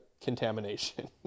Contamination